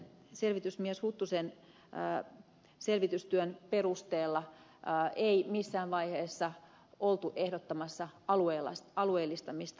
selvitysmies huttusen selvitystyön perusteella ei missään vaiheessa oltu ehdottamassa alueellistamista